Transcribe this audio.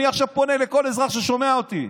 אני עכשיו פונה לכל אזרח ששומע אותי.